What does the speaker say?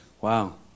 wow